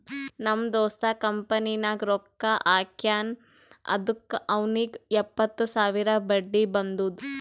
ನಮ್ ದೋಸ್ತ ಕಂಪನಿನಾಗ್ ರೊಕ್ಕಾ ಹಾಕ್ಯಾನ್ ಅದುಕ್ಕ ಅವ್ನಿಗ್ ಎಪ್ಪತ್ತು ಸಾವಿರ ಬಡ್ಡಿ ಬಂದುದ್